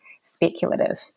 speculative